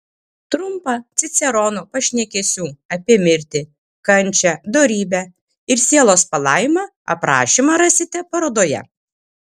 trumpą cicerono pašnekesių apie mirtį kančią dorybę ir sielos palaimą aprašymą rasite parodoje